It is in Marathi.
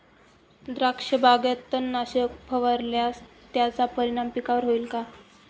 द्राक्षबागेत तणनाशक फवारल्यास त्याचा परिणाम पिकावर होईल का?